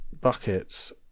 buckets